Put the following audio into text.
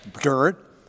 dirt